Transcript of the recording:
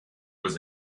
was